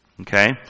Okay